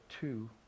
two